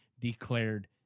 declared